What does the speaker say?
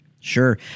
sure